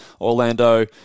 Orlando